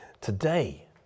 Today